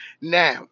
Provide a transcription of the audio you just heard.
Now